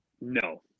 No